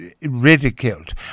ridiculed